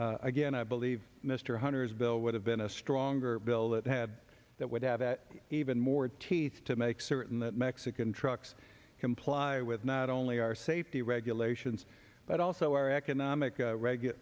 e again i believe mr hunter's bill would have been a stronger bill that had that would have even more teeth to make certain that mexican trucks comply with not only our safety regulations but also our economic